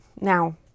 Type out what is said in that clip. Now